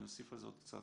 אני אוסיף על זה עוד קצת.